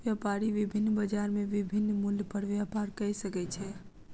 व्यापारी विभिन्न बजार में विभिन्न मूल्य पर व्यापार कय सकै छै